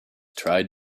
tried